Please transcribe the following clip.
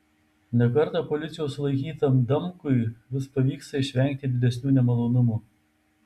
ne kartą policijos sulaikytam damkui vis pavyksta išvengti didesnių nemalonumų